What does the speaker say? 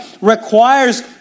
requires